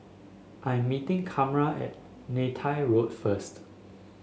I'm meeting Carma at Neythai Road first